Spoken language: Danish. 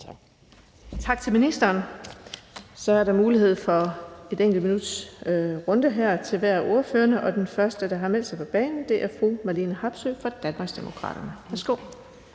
Tak til ministeren. Så er der mulighed for et enkelt spørgsmål på 1 minut her til hver af ordførerne. Den første, der har meldt sig på banen, er fru Marlene Harpsøe fra Danmarksdemokraterne. Værsgo.